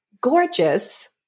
Gorgeous